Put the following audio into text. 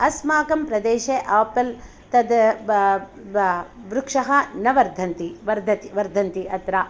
अस्माकं प्रदेशे आपल् तत् वृक्षः न वर्धन्ति वर्धति वर्धन्ति अत्र